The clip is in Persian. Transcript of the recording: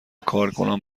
کارکنان